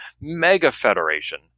mega-Federation